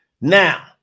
Now